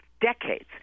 decades